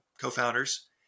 co-founders